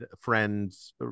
friends